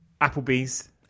Applebee's